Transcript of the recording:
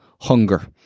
hunger